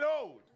old